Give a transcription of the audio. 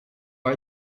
are